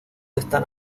están